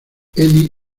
eddie